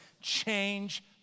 Change